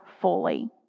fully